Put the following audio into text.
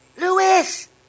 Lewis